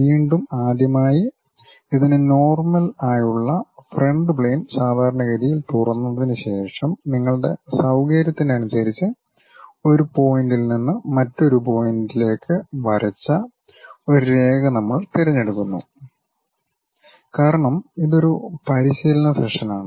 വീണ്ടും ആദ്യമായി ഇതിന് നോർമൽ ആയുള്ള ഫ്രണ്ട് പ്ളെയിൻ സാധാരണഗതിയിൽ തുറന്നതിനുശേഷം നിങ്ങളുടെ സൌകര്യത്തിനനുസരിച്ച് ഒരു പോയിന്റിൽ നിന്ന് മറ്റ് പോയിന്റുകളിലേക്ക് വരച്ച ഒരു രേഖ നമ്മൾ തിരഞ്ഞെടുക്കുന്നു കാരണം ഇത് ഒരു പരിശീലന സെഷനാണ്